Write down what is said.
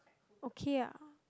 okay ah